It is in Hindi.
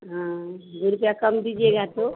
हाँ दो रुपया कम दीजिएगा तो